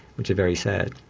which are very sad.